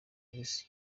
polisi